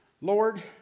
Lord